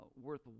worth